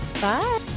Bye